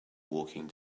walking